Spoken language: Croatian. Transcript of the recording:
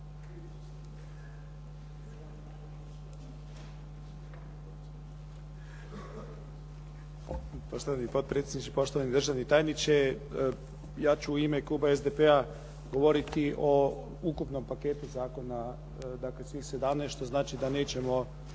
Poštovani potpredsjedniče, poštovani državni tajniče. Ja ću u ime kluba SDP-a govoriti o ukupnom paketu zakona, dakle svih 17 što znači da nećemo